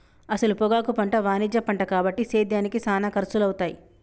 అసల పొగాకు పంట వాణిజ్య పంట కాబట్టి సేద్యానికి సానా ఖర్సులవుతాయి